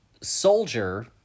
soldier